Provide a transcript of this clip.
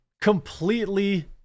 Completely